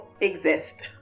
exist